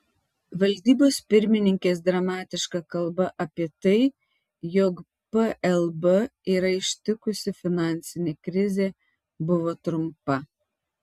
valdybos pirmininkės dramatiška kalba apie tai jog plb yra ištikusi finansinė krizė buvo trumpa